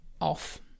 off